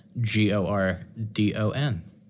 G-O-R-D-O-N